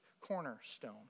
cornerstone